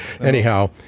anyhow